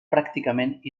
pràcticament